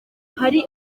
hari